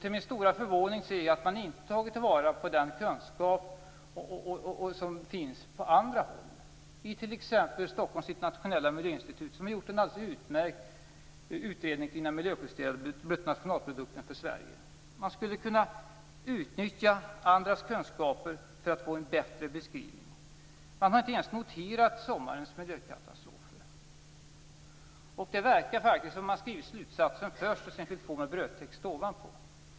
Till min stora förvåning ser jag att man inte har tagit den kunskap till vara som finns på andra håll - t.ex. hos Stockholms internationella miljöinstitut, som har gjort en alldeles utmärkt utredning kring den miljöjusterade bruttonationalprodukten för Sveriges del. Man skulle kunna utnyttja andras kunskaper för att få en bättre beskrivning. Men man har inte ens noterat sommarens miljökatastrofer. Det verkar vara så att man först har skrivit slutsatsen och sedan fyllt på med brödtext.